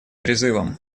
призывом